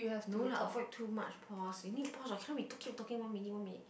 no lah avoid too much pause you need pause what cannot be talking talking one minute one minute